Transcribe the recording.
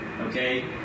Okay